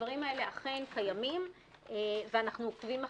הדברים האלה אכן קיימים ואנחנו עוקבים אחריהם.